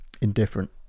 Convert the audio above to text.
indifferent